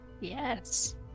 yes